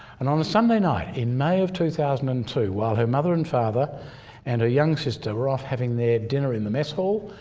and on a sunday night in may of two thousand and two, while her mother and father and a young sister were off having their dinner in the mess hall,